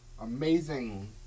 amazing